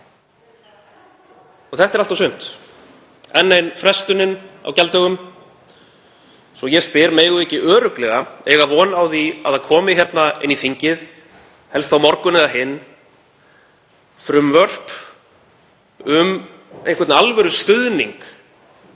og þetta er allt og sumt, enn ein frestunin á gjalddögum. Ég spyr: Megum við ekki örugglega eiga von á því að það komi inn í þingið, helst á morgun eða hinn, frumvörp um einhvern alvörustuðning